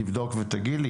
תבדוק ותגיד לי,